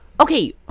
Okay